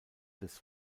des